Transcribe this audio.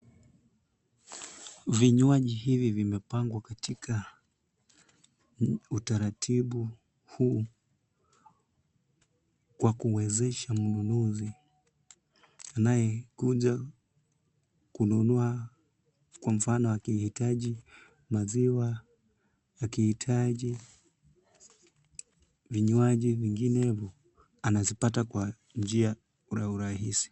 Vinywaji hivi vimepangwa katika utaratibu huu wa kuwezesha mnunuzi anayekuja kununua, kwa mfano akihitaji maziwa, akihitaji vinywaji vinginevyo, anazipata kwa njia ya urahisi.